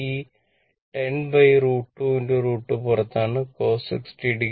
ഈ 10 √ 2 √ 2 പുറത്താണ് cos 60 o